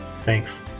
Thanks